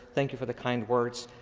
thank you for the kind words.